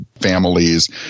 families